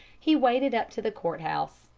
he waded up to the court house,